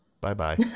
bye-bye